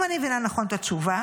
אם אני מבינה נכון את התשובה,